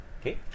okay